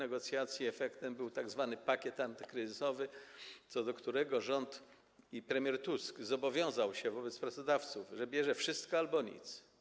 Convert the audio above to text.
Efektem był tzw. pakiet antykryzysowy, co do którego rząd, premier Tusk zobowiązał się wobec pracodawców, że bierze wszystko albo nic.